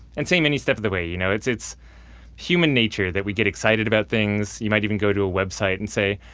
and same any step of the way, you know. it's it's human nature that we get excited about thing. you might even go to a website and say,